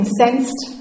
sensed